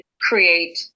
create